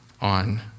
on